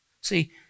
See